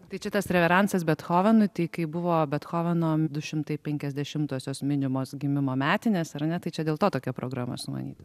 tai čia tas reveransas bethovenui tai kai buvo bethoveno du šimtai penkiasdešimtosios minimos gimimo metinės ar ne tai čia dėl to tokia programa sumanyta